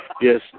Yes